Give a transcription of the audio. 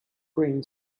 brain